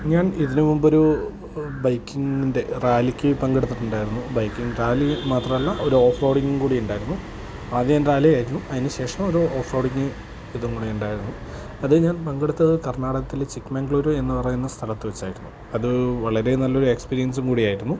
ഞാൻ ഇതിന് മുമ്പ് ഒരു ബൈക്കിങ്ങിൻ്റെ റാലിക്ക് പങ്കെടുത്തിട്ടുണ്ടായിരുന്നു ബൈക്കിങ്ങ് റാലി മാത്രമല്ല ഒരു ഓഫ് റോഡിങ് കൂടി ഉണ്ടായിരുന്നു ആദ്യം റാലി ആയിരുന്നു അതിന് ശേഷം ഒരു ഓഫ് റോഡിങ് ഇതും കൂടി ഉണ്ടായിരുന്നു അത് ഞാൻ പങ്കെടുത്തത് കർണ്ണാടകത്തിൽ ചിക്ക്മംഗ്ലൂരൂ എന്നു പറയുന്ന സ്ഥലത്ത് വച്ചായിരുന്നു അത് വളരെ നല്ല ഒരു എക്സ്പീരിയൻസും കൂടി ആയിരുന്നു